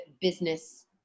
business